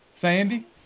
Sandy